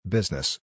Business